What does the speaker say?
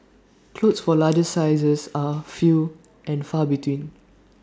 clothes for larger sizes are few and far between